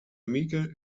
mieke